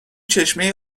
چشمه